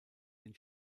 den